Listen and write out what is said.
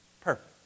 perfect